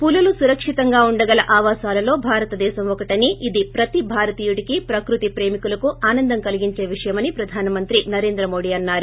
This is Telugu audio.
పులులు సురక్షితంగా ఉండగల ఆవాసాలలో భారతదేశం ఒకటని ఇది ప్రతి భారతీయుడికీ ప్రక్రుతి ప్రేమికులకు ఆనందం కలిగించే విషయమని ప్రధాన మంత్రి నరేంద్ర మోదీ అన్నారు